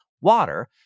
water